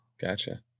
Gotcha